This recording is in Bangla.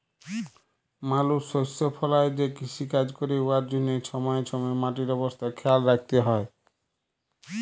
মালুস শস্য ফলাঁয় যে কিষিকাজ ক্যরে উয়ার জ্যনহে ছময়ে ছময়ে মাটির অবস্থা খেয়াল রাইখতে হ্যয়